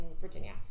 Virginia